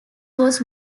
was